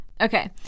Okay